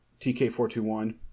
TK421